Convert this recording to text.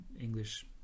English